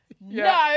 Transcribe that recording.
no